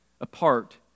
apart